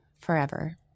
forever